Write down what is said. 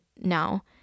now